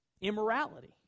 immorality